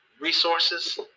resources